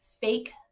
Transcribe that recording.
fake